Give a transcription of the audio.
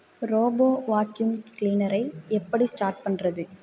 robot vacuum கிளீனரை எப்படி start பண்ணுறது